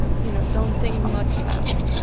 you know, don't think much about it.